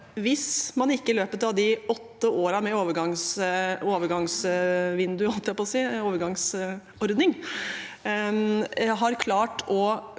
hvis man ikke i løpet av de åtte årene med overgangsordning har klart å